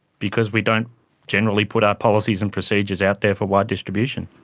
because we don't generally put our policies and procedures out there for wide distribution.